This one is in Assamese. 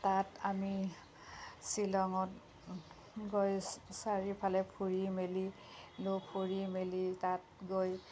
তাত আমি শ্বিলঙত গৈ চাৰিওফালে ফুৰি মেলিলোঁ ফুৰি মেলি তাত গৈ